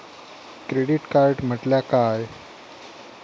Credit card म्हटल्या काय?